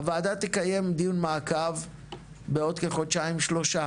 הוועדה תקיים דיון מעקב בעוד כחודשיים-שלושה